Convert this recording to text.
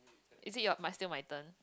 is it your my still my turn